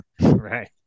right